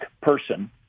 person